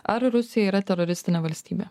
ar rusija yra teroristinė valstybė